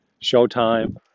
showtime